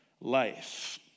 life